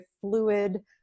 fluid